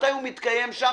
מתי הוא מתקיים שם,